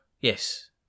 yes